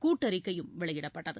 கூட்டறிக்கையும் வெளியிடப்பட்டது